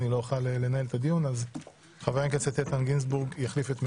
אני לא אוכל לנהל אותו וחבר הכנסת איתן גינזבורג יחליף את מקומי.